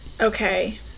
Okay